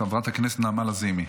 חברת הכנסת נעמה לזימי,